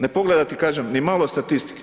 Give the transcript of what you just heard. Ne pogledati kažem ni malo statistike.